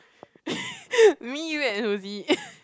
me you and Whoozy